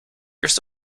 you’re